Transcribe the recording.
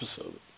episode